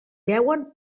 beuen